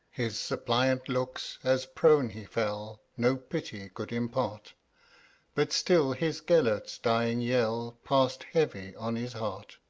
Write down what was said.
his suppliant looks, as prone he fell, no pity could impart but still his gelert's dying yell passed heavy on his heart.